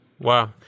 Wow